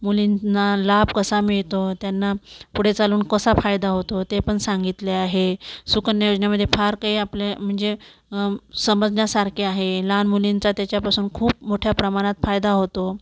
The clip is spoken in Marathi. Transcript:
मुलींना लाभ कसा मिळतो त्यांना पुढे चालून कसा फायदा होतो ते पण सांगितले आहे सुकन्या योजनेमध्ये फार काही आपले म्हणजे समजण्यासारखे आहे लहान मुलींचा त्याच्यापासून खूप मोठ्या प्रमाणात फायदा होतो